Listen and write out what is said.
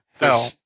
No